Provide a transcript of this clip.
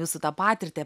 jūsų tą patirtį